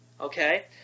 Okay